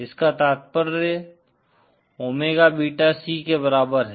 इसका तात्पर्य omega beta C के बराबर है